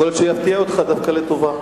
יכול להיות שהוא יפתיע אותך דווקא לטובה.